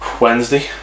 Wednesday